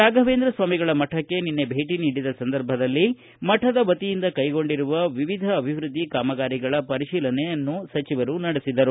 ರಾಘವೇಂದ್ರ ಸ್ವಾಮಿಗಳ ಮಠಕ್ಕೆ ನಿನ್ನೆ ಭೇಟಿ ನೀಡಿದ ಸಂದರ್ಭದಲ್ಲಿ ಮಠದ ವತಿಯಿಂದ ಕೈಗೊಂಡಿರುವ ವಿವಿಧ ಅಭಿವ್ಬದ್ದಿ ಕಾಮಗಾರಿಗಳ ಪರಿಶೀಲನೆ ನಡೆಸಿದರು